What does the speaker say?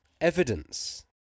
evidence